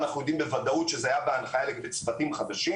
אנחנו יודעים בוודאות שזה היה בהנחיה לצוותים חדשים